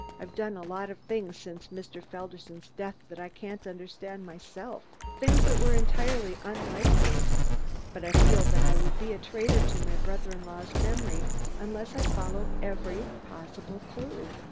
i've done a lot of things since mr. felderson's death that i can't understand, myself things that were entirely unlike me but i feel that i would be a traitor to my brother-in-law's memory unless i follow every possible clue.